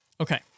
Okay